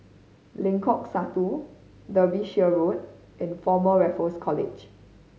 Lengkok Satu Derbyshire Road and Former Raffles College